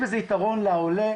יש בזה יתרון לעולה,